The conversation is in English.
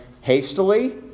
hastily